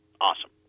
awesome